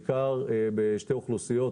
בעיקר בשתי אוכלוסיות,